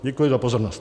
Děkuji za pozornost.